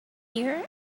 here